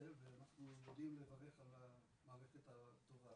בישראל ואנחנו יודעים לברך על המערכת הטובה,